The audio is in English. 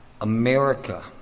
America